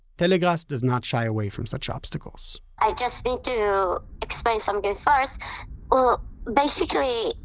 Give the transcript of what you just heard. telegrass does not shy away from such obstacles i just need to explain something first well, basically,